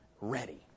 Ready